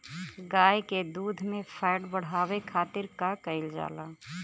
गाय के दूध में फैट बढ़ावे खातिर का कइल जाला?